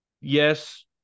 yes